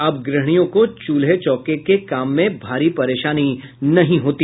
अब ग्रहणियों को चूल्हे चौके के काम में भारी परेशानी नहीं होती